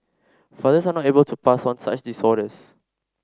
fathers are not able to pass on such disorders